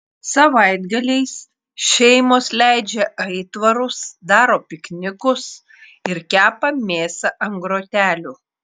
savaitgaliais šeimos leidžia aitvarus daro piknikus ir kepa mėsą ant grotelių